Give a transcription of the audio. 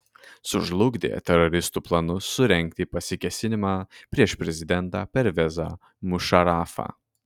sužlugdė teroristų planus surengti pasikėsinimą prieš prezidentą pervezą mušarafą